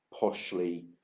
poshly